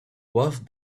worth